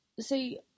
see